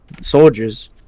soldiers